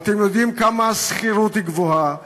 ואתם יודעים כמה השכירות גבוהה,